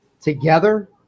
together